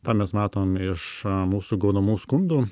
tą mes matom iš mūsų gaunamų skundų